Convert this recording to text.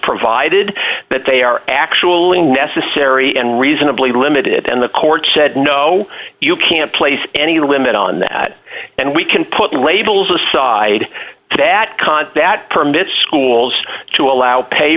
provided that they are actually necessary and reasonably limited and the court said no you can't place any limit on that and we can put labels aside to that con that permits schools to allow pay